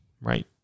right